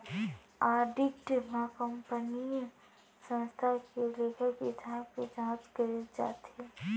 audit म कंपनीय संस्था के लेखा किताब के जांच करे जाथे